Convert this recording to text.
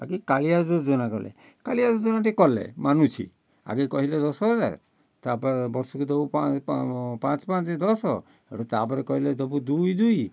ବାକି କାଳିଆ ଯୋଜନା କଲେ କାଳିଆ ଯୋଜନା ଟେ କଲେ ମାନୁଛି ଆଗେ କହିଲେ ଦଶହଜାର ତା'ପରେ ବର୍ଷକୁ ଦେବ ପାଞ୍ଚ ପାଞ୍ଚ ଦଶ ତା'ପରେ କହିଲେ ଦେବୁ ଦୁଇ ଦୁଇ